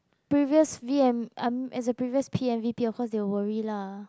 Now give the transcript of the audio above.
previous V_M I'm as a previous p_m V_P of course they will worry lah